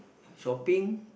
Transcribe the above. shopping